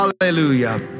hallelujah